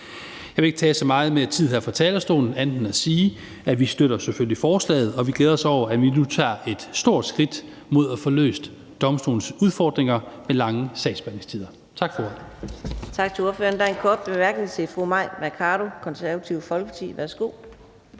Jeg vil ikke tage så meget mere tid her fra talerstolen, men blot sige, at vi selvfølgelig støtter forslaget, og vi glæder os over, at vi nu tager et stort skridt mod at få løst domstolenes udfordringer med lange sagsbehandlingstider. Tak for